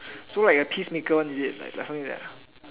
so like a peacemaker one is it something like that